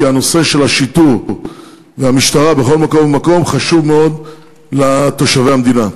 כי נושא השיטור והמשטרה בכל מקום ומקום חשוב מאוד לתושבי המדינה.